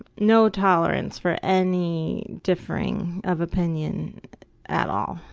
no tolerance for any differing of opinion at all.